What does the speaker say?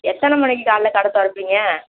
எத்தனை மணிக்கி காலையில் கடை திறப்பீங்க